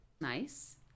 Nice